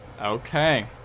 Okay